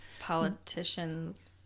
Politicians